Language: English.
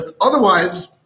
otherwise